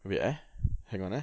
wait eh hang on eh